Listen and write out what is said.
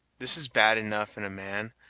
this is bad enough in a man,